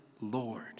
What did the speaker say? Lord